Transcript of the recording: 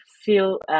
feel